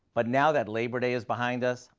but now that labor day is behind us,